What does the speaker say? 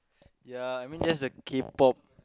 ya I mean that's the K-pop